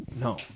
No